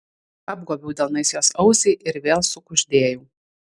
apgobiau delnais jos ausį ir vėl sukuždėjau